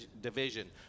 division